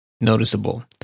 noticeable